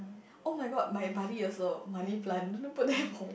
oh-my-god my buddy also money plant don't put them